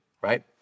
right